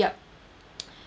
yup